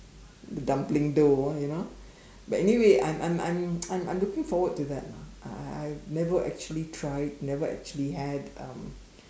the dumpling dough ah you know but anyway I'm I'm I'm I'm I'm looking forward to that lah I I I've never actually tried never actually had um